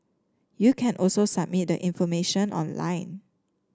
you can also submit the information online